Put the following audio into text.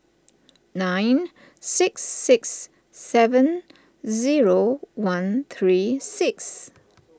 nine six six seven zero one three six